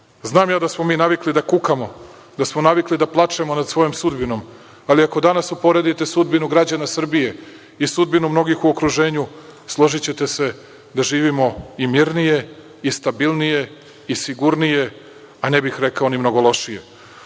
Znam ja da smo mi navikli da kukamo, da smo navikli da plačemo nad svojom sudbinom, ali ako danas uporedite sudbinu građana Srbije i sudbinu mnogih u okruženju, složićete se da živimo i mirnije i stabilnije i sigurnije, a ne bih rekao ni mnogo